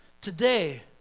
today